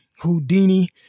Houdini